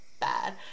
bad